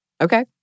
Okay